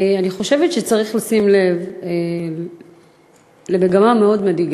אני חושבת שצריך לשים לב למגמה מאוד מדאיגה.